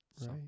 right